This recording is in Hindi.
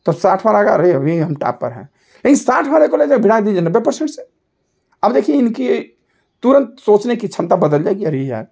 तो साठ वाला आएगा अरे अरे हम टॉप पर हैं लेकिन साठ वाले को ले जाइए भिड़ा दीजिए नब्बे परसेंट से अब देखिए इनकी तुरंत सोचने की क्षमता बदल जाएगी अरे यार